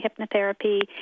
hypnotherapy